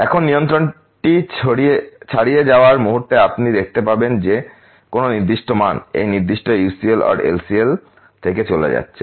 এই নিয়ন্ত্রণটি ছাড়িয়ে যাওয়ার মুহুর্তে আপনি দেখতে পাবেন যে কোনও নির্দিষ্ট মান এই নির্দিষ্ট UCL or LCL থেকে চলে যাচ্ছে